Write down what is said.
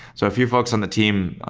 so a few folks on the team,